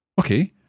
Okay